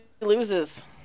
loses